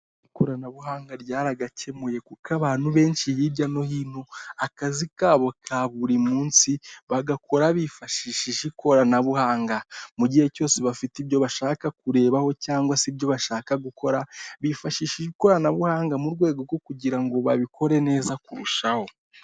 Ikoranabuhanga ryaragakemuye kuko abantu benshi hirya no hino akazi kabo ka buri munsi bagakora bifashishije ikoranabuhanga mu gihe cyose bafite ibyo bashaka kurebaho cyangwa se ibyo bashaka gukora bifashisha ikoranabuhanga mu rwego rwo kugira ngo babikore neza kurushaho.